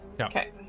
Okay